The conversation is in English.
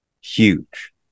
huge